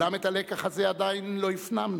ואולם את הלקח הזה עדיין לא הפנמנו: